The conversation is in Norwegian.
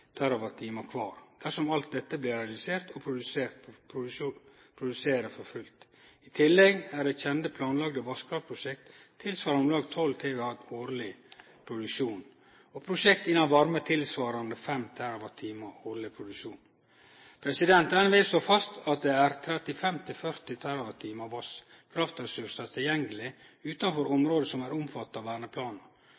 kvar dersom alt dette blir realisert og produserer for fullt. I tillegg er der kjende planlagde vasskraftprosjekt tilsvarande om lag 12 TWh årleg produksjon, og prosjekt innan varme tilsvarande 5 TWh årleg produksjon. NVE slår fast at det er